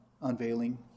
unveiling